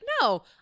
no